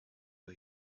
you